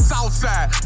Southside